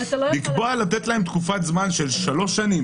לקבוע לתת למשרדים תקופת זמן של שלוש שנים